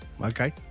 Okay